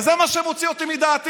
וזה מה שמוציא אותי מדעתי.